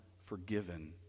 forgiven